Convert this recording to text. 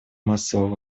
массового